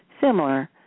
similar